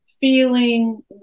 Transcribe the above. feeling